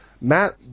Matt